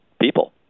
people